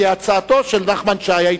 כי הצעתם של חבר הכנסת נחמן שי,